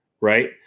Right